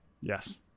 Yes